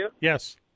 Yes